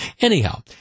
Anyhow